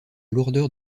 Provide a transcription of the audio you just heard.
lourdeur